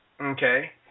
Okay